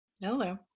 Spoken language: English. hello